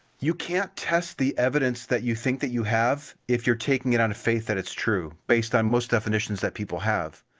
you can't test the evidence that you think that you have if you're taking it on faith that it's true, based on most definitions that people have.